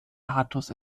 artus